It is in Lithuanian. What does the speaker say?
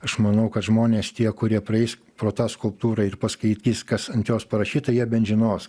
aš manau kad žmonės tie kurie praeis pro tą skulptūrą ir paskaitys kas ant jos parašyta jie bent žinos